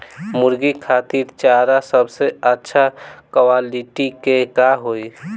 मुर्गी खातिर चारा सबसे अच्छा क्वालिटी के का होई?